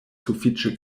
sufiĉe